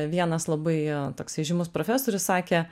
vienas labai toksai žymus profesorius sakė